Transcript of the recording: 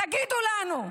תגידו לנו,